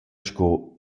sco